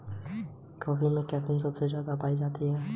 oyster से बहुत मोती निकाला जाता है